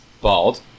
Bald